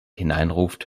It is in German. hineinruft